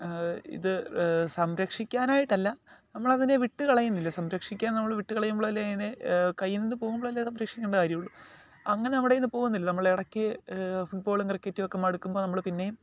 ഇത് സംരക്ഷിക്കാനായിട്ടല്ല നമ്മളതിനെ വിട്ടുകളയുന്നില്ല സംരക്ഷിക്കാൻ നമ്മൾ വിട്ടുകളയുമ്പോഴല്ലേ അതിനെ കയ്യിൽ നിന്ന് അത് പോകുമ്പോഴല്ലേ അത് സംരക്ഷിക്കണ്ട കാര്യമുള്ളൂ അങ്ങനെ നമ്മുടെ കയ്യിൽ നിന്ന് പോകുന്നില്ല നമ്മൾ ഇടയ്ക്ക് ഫുട്ബോളും ക്രിക്കറ്റുമൊക്കെ മടുക്കുമ്പോൾ നമ്മൾ പിന്നേയും